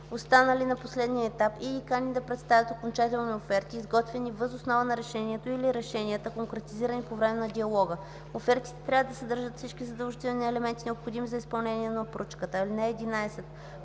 останали на последния етап, и ги кани да представят окончателни оферти, изготвени въз основа на решението или решенията, конкретизирани по време на диалога. Офертите трябва да съдържат всички задължителни елементи, необходими за изпълнение на поръчката. (11)